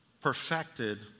Perfected